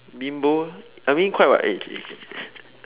bimbo I mean quite [what] it's